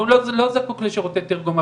והוא לא זקוק לשירותי תרגום.